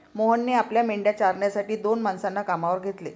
मोहनने आपल्या मेंढ्या चारण्यासाठी दोन माणसांना कामावर घेतले